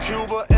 Cuba